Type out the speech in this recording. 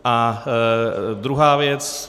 A druhá věc.